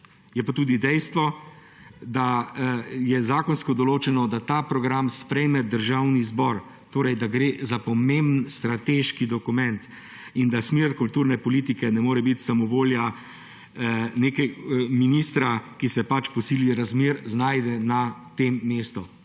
je pa tudi dejstvo, da je zakonsko določeno, da ta program sprejme Državni zbor. Torej gre za pomemben strateški dokument in da smer kulturne politike ne more biti samovolja ministra, ki se pač po sili razmer znajde na tem mestu.